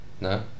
No